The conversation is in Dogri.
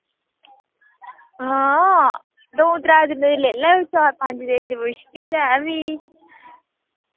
हां दो त्रै दिनें दी ले लैयो चार पंज दिन दी मुश्किल गै फ्ही